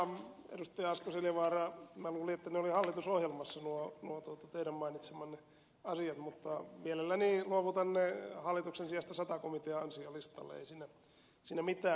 asko seljavaara minä luulin että ne olivat hallitusohjelmassa nuo teidän mainitsemanne asiat mutta mielelläni luovutan ne hallituksen sijasta sata komitean ansiolistalle ei siinä mitään